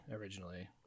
originally